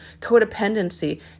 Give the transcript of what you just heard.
codependency